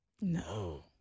No